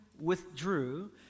withdrew